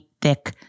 thick